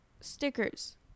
stickers